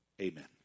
amen